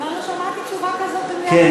מזמן לא שמעתי תשובה כזאת,